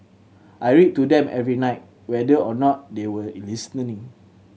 I read to them every night whether or not they were listening